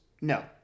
No